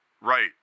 Right